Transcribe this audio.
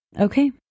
Okay